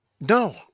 No